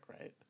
right